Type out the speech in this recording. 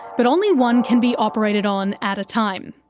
but only one can be operated on at a time,